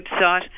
website